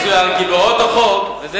יצוין כי בהוראות החוק הקיים,